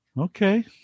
Okay